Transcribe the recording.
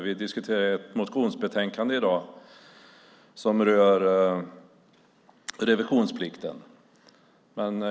Vi diskuterar ett motionsbetänkande i dag som rör revisionsplikten.